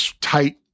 tight